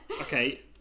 Okay